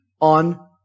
on